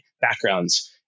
backgrounds